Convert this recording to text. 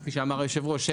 כפי שאמר היושב ראש,